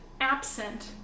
absent